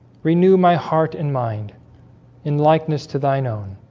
renew my heart and mind in likeness to thine own